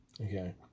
okay